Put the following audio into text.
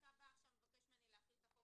אתה בא עכשיו ומבקש ממני להחיל את החוק